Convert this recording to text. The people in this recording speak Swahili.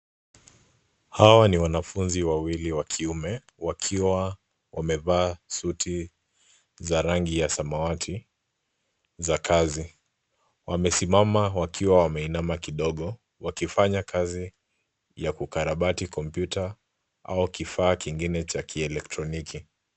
Hawa ni wanafunzi wawili wa kiume wakiwa wamevaa suti za rangi ya samawati za kazi. Wamesimama wakiwa wameinama kidogo wakifanya kazi ya kukarabati kompyuta au kifaa kingine cha kielektroniki.